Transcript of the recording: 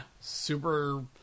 super